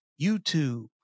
YouTube